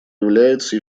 является